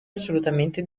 assolutamente